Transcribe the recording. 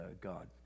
God